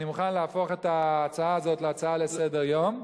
אני מוכן להפוך את ההצעה הזאת להצעה לסדר-היום,